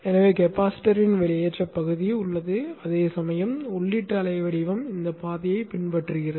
எனவே கெபாசிட்டரின் வெளியேற்ற பகுதி உள்ளது அதேசமயம் உள்ளீட்டு அலை வடிவம் இந்தப் பாதையைப் பின்பற்றுகிறது